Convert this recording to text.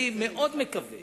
אני מאוד מקווה